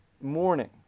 morning